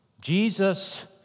Jesus